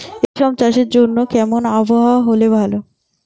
রেশম চাষের জন্য কেমন আবহাওয়া হাওয়া হলে ভালো?